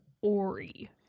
ori